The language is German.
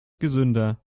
gesünder